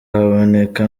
haboneke